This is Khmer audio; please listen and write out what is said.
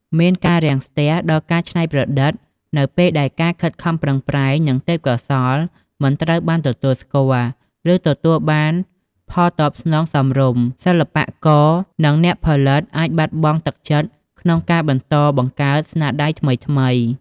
មានការរាំងស្ទះដល់ការច្នៃប្រឌិតនៅពេលដែលការខិតខំប្រឹងប្រែង និងទេពកោសល្យមិនត្រូវបានទទួលស្គាល់ ឬទទួលបានផលតបស្នងសមរម្យ សិល្បករ និងអ្នកផលិតអាចបាត់បង់ទឹកចិត្តក្នុងការបន្តបង្កើតស្នាដៃថ្មីៗ។